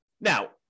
Now